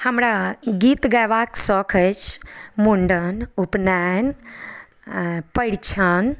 हमरा गीत गयबाक सौख अछि मुण्डन उपनयन परिछन